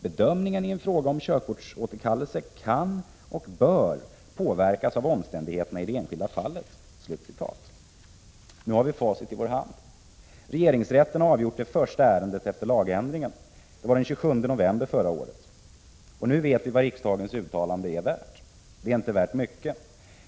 Bedömningen i en fråga om körkortsåterkallelse kan — och bör — påverkas av omständigheterna i det enskilda fallet.” Nu har vi facit i vår hand. Regeringsrätten har avgjort det första ärendet efter lagändringen. Det var den 27 november förra året. Nu vet vi vad riksdagens uttalande är värt. Det är inte värt mycket.